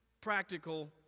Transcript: practical